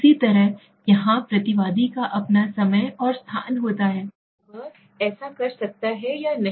इसी तरह यहाँ प्रतिवादी का अपना समय और स्थान होता है और वह ऐसा कर सकता है या नहीं